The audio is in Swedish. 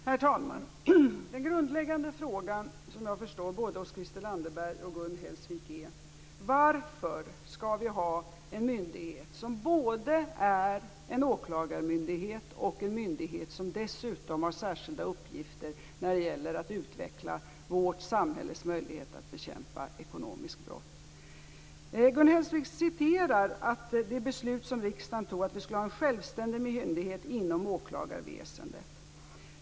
Herr talman! Den grundläggande frågan hos både Christel Anderberg och Gun Hellsvik är: Varför skall vi ha en myndighet som både är en åklagarmyndighet och en myndighet som dessutom har särskilda uppgifter för att utveckla vårt samhälles möjlighet att bekämpa ekonomiska brott. Gun Hellsvik säger att riksdagen fattade ett beslut om en självständig myndighet inom åklagarväsendet.